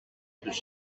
τους